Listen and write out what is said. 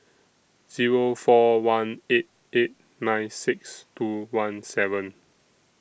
Zero four one eight eight nine six two one seven